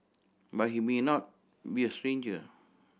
but he may not be a stranger